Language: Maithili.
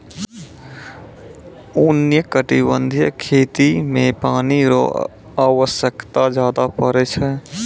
उष्णकटिबंधीय खेती मे पानी रो आवश्यकता ज्यादा पड़ै छै